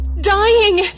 dying